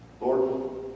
Lord